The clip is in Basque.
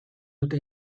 dute